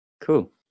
Cool